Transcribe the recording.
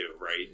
right